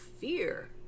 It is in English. fear